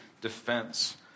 defense